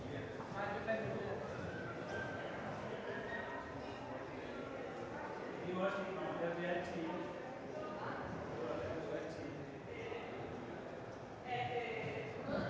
Hvad er det